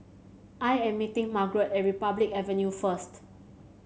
I am meeting Margarett at Republic Avenue first